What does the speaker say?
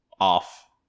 off